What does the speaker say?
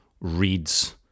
reads